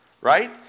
right